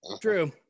True